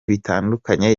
bitandukanye